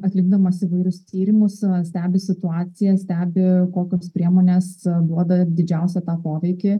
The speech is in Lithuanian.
atlikdamas įvairius tyrimus stebi situaciją stebi kokios priemonės duoda didžiausią tą poveikį